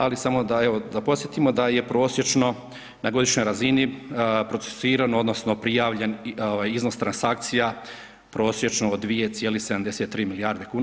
Ali samo evo da podsjetimo da je prosječno na godišnjoj razini procesuirano odnosno prijavljen i iznos transakcija prosječno od 2,73 milijarde kuna.